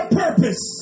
purpose